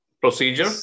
procedure